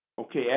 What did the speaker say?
Okay